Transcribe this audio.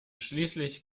schließlich